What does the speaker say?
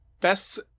Best